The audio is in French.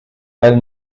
elle